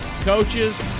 Coaches